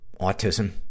autism